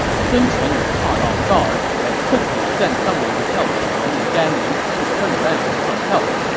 sun quan was caught off guard and quickly sent someone to tell lu meng and gan ning to turn around and come help.